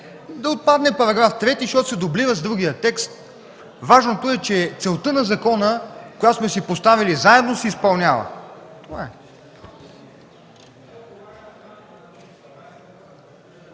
Да отпадне § 3, защото се дублира с другия текст. Важното е, че целта на закона, която сме си поставили заедно, се изпълнява.